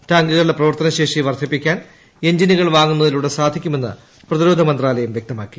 ടാങ്കുകളുടെ പ്രവർത്തനശേഷി വർദ്ധിപ്പിക്കാൻ എൻജിനുകൾ വാങ്ങുന്നതിലൂടെ സാധിക്കുമെന്ന് പ്രതിരോധ മന്ത്രാലയം വ്യക്തമാക്കി